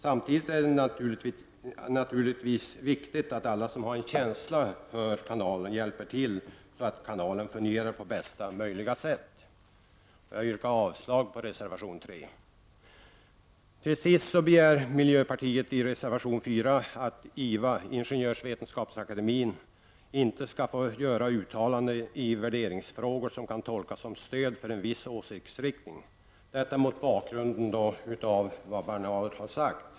Samtidigt är det naturligtvis viktigt att alla som har en känsla för kanalen hjälper till så att kanalen kan fungera på bästa möjliga sätt. Jag yrkar därför avslag på reservation 3. Till sist begär miljöpartiet i reservation 4 att IVA, Ingenjörsvetenskapsakademien, inte skall få göra uttalanden i värderingsfrågor som kan tolkas som stöd för en viss åsiktsriktning — detta mot bakgrund av vad Loui Bernal har sagt.